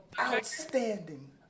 outstanding